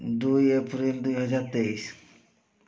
ଦୁଇ ଏପ୍ରିଲ୍ ଦୁଇହଜାର୍ ତେଇଶ୍